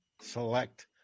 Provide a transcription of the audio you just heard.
select